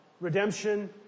redemption